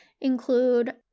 include